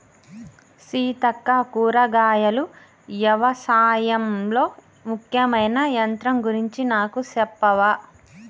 సీతక్క కూరగాయలు యవశాయంలో ముఖ్యమైన యంత్రం గురించి నాకు సెప్పవా